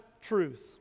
truth